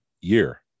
year